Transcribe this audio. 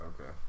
okay